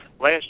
last